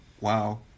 Wow